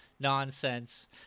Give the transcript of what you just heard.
nonsense